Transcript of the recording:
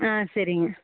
ஆ சரிங்க